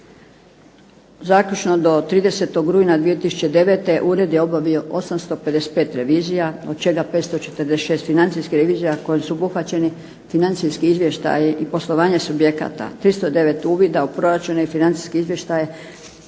zaključno do 30. rujna 2009. Ured je obavio 855 revizija od čega 546 financijskih revizija kojim su obuhvaćeni financijski izvještaji i poslovanje subjekata, 309 uvida u proračune i financijske izvještaje,